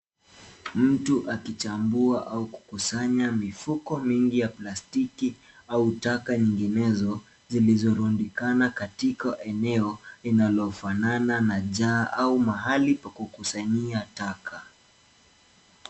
Mtu akichambua au kukusanya mifuko mingi ya plastiki au taka nyinginezo, zilizorundikana katika eneo lenye lililofanana na jaa au mahali pa kukusanyia taka.